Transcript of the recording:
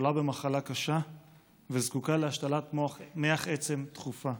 חולה במחלה קשה וזקוקה להשתלת מוח עצם דחופה.